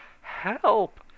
Help